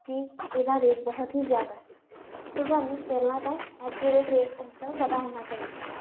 ਕਿ ਇਹਦਾ ਰੇਟ ਬਹੁਤ ਹੀ ਜ਼ਿਆਦਾ ਸੋ ਸਾਨੂੰ ਪਹਿਲਾਂ ਤਾਂ ਐਕੋਓਰੇਟ ਰੇਟ ਉਸਦਾ ਪਤਾ ਹੋਣਾ ਚਾਹੀਦਾ